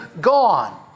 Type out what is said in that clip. gone